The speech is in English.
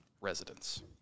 residents